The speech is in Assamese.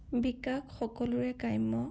বিকাশ সকলোৰে কাম্য